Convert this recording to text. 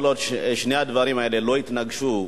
כל עוד שני הדברים האלה לא יתנגשו,